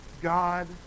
God